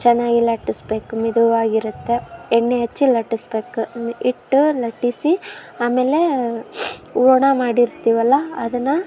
ಚೆನ್ನಾಗಿ ಲಟ್ಟಿಸ್ಬೇಕು ಮೆದುವಾಗಿರುತ್ತೆ ಎಣ್ಣೆ ಹಚ್ಚಿ ಲಟ್ಟಿಸ್ಬೇಕ್ ಅದ್ನ ಇಟ್ಟು ಲಟ್ಟಿಸಿ ಆಮೇಲೆ ಹೂರ್ಣ ಮಾಡಿರ್ತೀವಲ್ವ ಅದನ್ನು